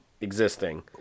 existing